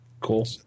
Cool